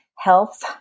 health